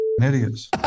idiots